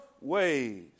ways